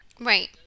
Right